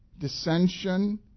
dissension